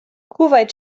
kuwait